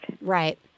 Right